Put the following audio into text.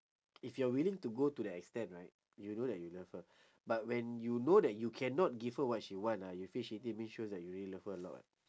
if you are willing to go to that extent right you know that you love her but when you know that you cannot give her what she want ah you feel shitty mean shows that you really love her a lot